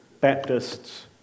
Baptists